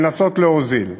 לנסות להוזיל.